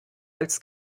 als